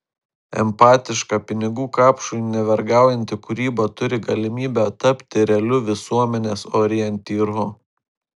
empatiška pinigų kapšui nevergaujanti kūryba turi galimybę tapti realiu visuomenės orientyru